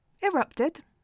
erupted